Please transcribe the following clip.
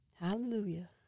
Hallelujah